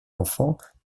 enfants